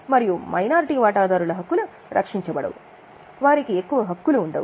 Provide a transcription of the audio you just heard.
మరియు మైనారిటీ వాటాదారుల హక్కులు రక్షించబడవు వారికి ఎక్కువ హక్కులు లేవు